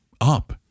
up